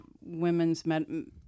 women's